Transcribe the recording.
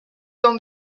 dans